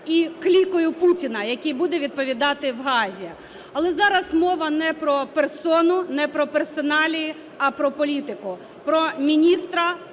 і клікою Путіна, який буде відповідати в Гаазі. Але зараз мова не про персону, не про персоналії, а про політику, про міністра